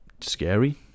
scary